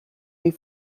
wie